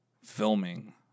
filming